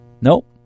Nope